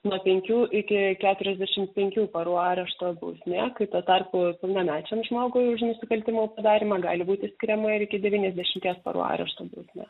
nuo penkių iki keturiasdešim penkių parų arešto bausmė kai tuo tarpu pilnamečiam žmogui už nusikaltimo padarymą gali būti skiriama ir iki devyniasdešimties parų arešto bausmė